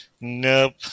Nope